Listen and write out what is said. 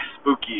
spooky